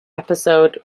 episode